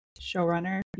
showrunner